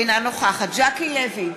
אינה נוכחת ז'קי לוי,